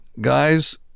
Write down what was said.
guys